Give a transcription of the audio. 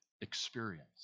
experience